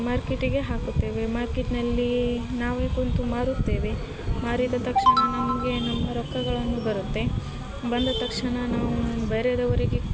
ಮಾರ್ಕೆಟಿಗೆ ಹಾಕುತ್ತೇವೆ ಮಾರ್ಕೆಟ್ನಲ್ಲಿ ನಾವೇ ಕೂತು ಮಾರುತ್ತೇವೆ ಮಾರಿದ ತಕ್ಷಣ ನಮಗೆ ನಮ್ಮ ರೊಕ್ಕಗಳನ್ನು ಬರುತ್ತೆ ಬಂದ ತಕ್ಷಣ ನಾವು ಬೇರೆಯವ್ರಿಗೆ